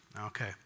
Okay